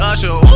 Usher